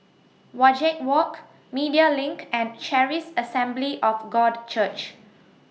Wajek Walk Media LINK and Charis Assembly of God Church